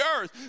earth